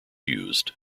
used